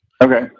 okay